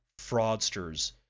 fraudsters